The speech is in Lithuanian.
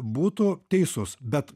būtų teisus bet